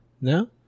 No